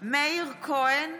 מאיר כהן,